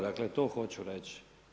Dakle, to hoću reći.